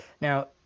Now